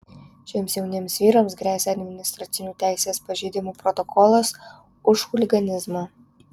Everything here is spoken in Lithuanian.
šiems jauniems vyrams gresia administracinių teisės pažeidimų protokolas už chuliganizmą